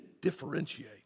differentiate